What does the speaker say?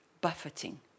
buffeting